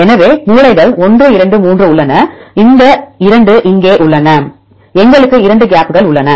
எனவே மூலைகள் 1 2 3 உள்ளன இந்த 2 இங்கே உள்ளன எங்களுக்கு 2 கேப்கள் உள்ளன